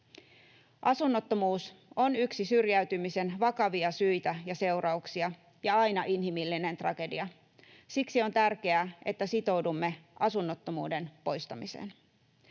Asunnottomuus on yksi syrjäytymisen vakavia syitä ja seurauksia ja aina inhimillinen tragedia. Siksi on tärkeää, että sitoudumme asunnottomuuden poistamiseen.